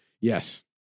Yes